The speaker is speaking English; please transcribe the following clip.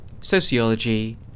sociology